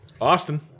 Austin